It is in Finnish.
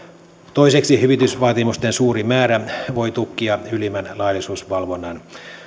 toiseksi hyvitysvaatimusten suuri määrä voi tukkia ylimmän laillisuusvalvonnan